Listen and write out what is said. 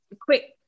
quick